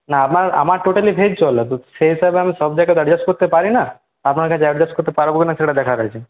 না আমার আমার টোটালি ভেজ চলে তো সেই হিসাবে আমি সব জায়গায় তো অ্যাডজাস্ট করতে পারি না আপনার কাছে অ্যাডজাস্ট করতে পারবো কি না সেটা দেখার আছে